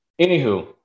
Anywho